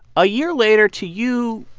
a year later to you,